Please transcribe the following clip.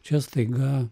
čia staiga